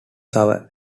sour